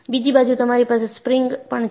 બીજી બાજુ તમારી પાસે સ્પ્રિંગ પણ છે